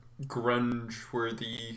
grunge-worthy